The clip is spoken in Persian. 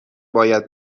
باید